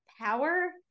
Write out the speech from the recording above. power